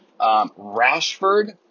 Rashford